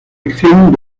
elección